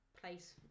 place